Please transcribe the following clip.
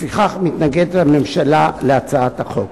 לפיכך הממשלה מתנגדת להצעת החוק.